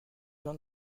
gens